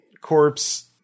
corpse